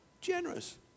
generous